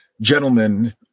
gentlemen